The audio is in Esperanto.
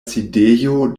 sidejo